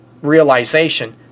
realization